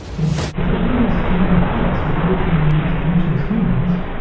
if if animals can provide us with everything we need to function as humans,